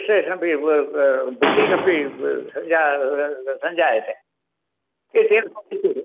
registration पि ब् booking अपि जा सञ्जायते कि चेत् स्थितिः